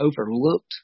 overlooked